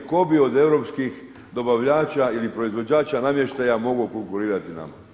Tko bi od europskih dobavljača ili proizvođača namještaja mogao konkurirati nama.